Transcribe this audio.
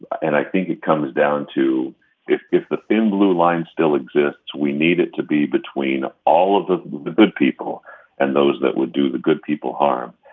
and i think it comes down to this if the thin, blue line still exists, we need it to be between all of the the good people and those that would do the good people harm.